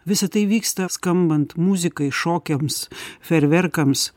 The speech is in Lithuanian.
visa tai vyksta skambant muzikai šokiams fejerverkams